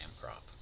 crop